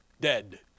dead